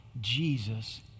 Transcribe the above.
Jesus